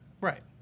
Right